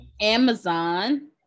Amazon